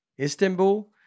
Istanbul